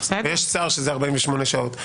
ויש שר שזה 48 שעות.